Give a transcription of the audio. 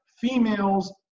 females